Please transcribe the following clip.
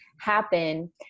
happen